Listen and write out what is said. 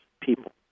people